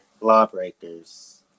lawbreakers